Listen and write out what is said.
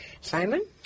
Simon